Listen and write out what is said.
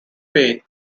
pain